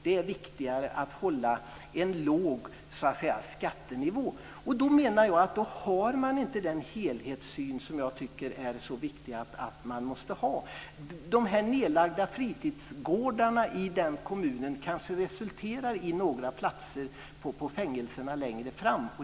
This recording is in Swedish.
Det är viktigare att hålla en låg skattenivå. Då menar jag att man inte har den helhetssyn som jag tycker är så viktig. De nedlagda fritidsgårdarna i den kommunen kanske resulterar i att det behövs fler platser på fängelserna längre fram.